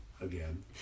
Again